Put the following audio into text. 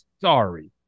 sorry